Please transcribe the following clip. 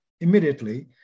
immediately